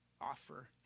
offer